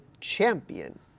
champion